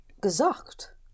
gesagt